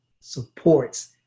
supports